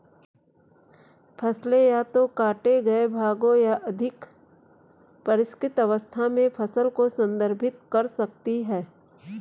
फसलें या तो काटे गए भागों या अधिक परिष्कृत अवस्था में फसल को संदर्भित कर सकती हैं